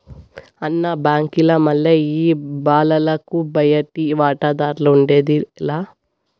అన్న, బాంకీల మల్లె ఈ బాలలకు బయటి వాటాదార్లఉండేది లా